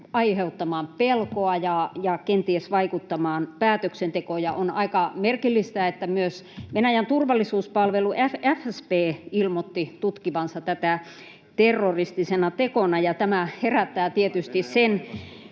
aiheuttamaan pelkoa ja kenties vaikuttamaan päätöksentekoon. On aika merkillistä, että myös Venäjän turvallisuuspalvelu FSB ilmoitti tutkivansa tätä terroristisena tekona, ja tämä herättää tietysti sen